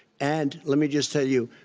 and let me just tell you,